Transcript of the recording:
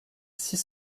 six